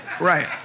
right